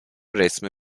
resmi